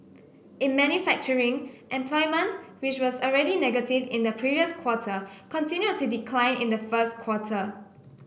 in manufacturing employment which was already negative in the previous quarter continued to decline in the first quarter